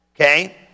Okay